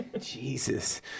Jesus